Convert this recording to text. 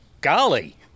Golly